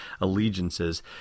allegiances